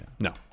No